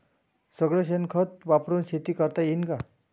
सगळं शेन खत वापरुन शेती करता येईन का?